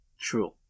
true